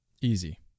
Easy